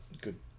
good